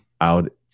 out